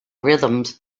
rhythms